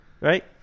Right